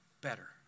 better